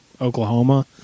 Oklahoma